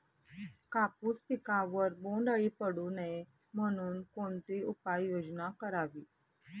कापूस पिकावर बोंडअळी पडू नये म्हणून कोणती उपाययोजना करावी?